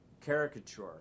caricature